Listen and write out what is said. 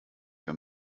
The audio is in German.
wenn